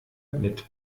mit